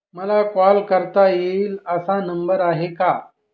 मला कॉल करता येईल असा नंबर आहे का?